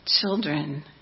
children